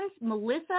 Melissa